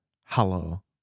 Hello